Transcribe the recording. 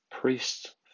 Priests